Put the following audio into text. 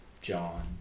John